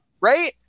Right